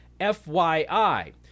fyi